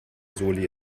soli